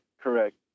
correct